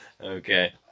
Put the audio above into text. Okay